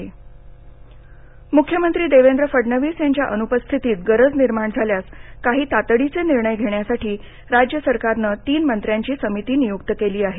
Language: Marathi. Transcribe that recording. समितीः म्ख्यमंत्री देवेंद्र फडणवीस यांच्या अन्पस्थितीत गरज निर्माण झाल्यास काही तातडीचे निर्णय घेण्यासाठी राज्य सरकारनं तीन मंत्र्यांची समिती नियुक्त केली आहे